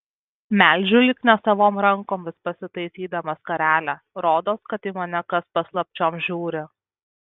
melžiu lyg nesavom rankom vis pasitaisydama skarelę rodos kad į mane kas paslapčiom žiūri